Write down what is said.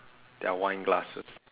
their wine glasses